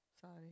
sorry